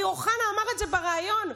אמיר אוחנה אמר את זה בריאיון,